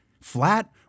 Flat